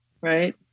right